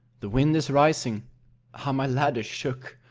the wind is rising how my ladder shook!